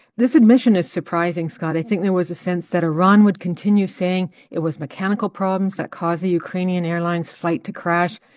this admission is surprising scott. i think there was a sense that iran would continue saying it was mechanical problems that caused the ukrainian airlines flight to crash,